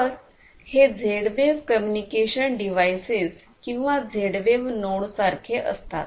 तर हे Z wave communication devices किंवा झेड वेव्ह नोड सारखे असतात